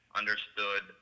understood